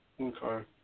Okay